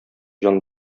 җан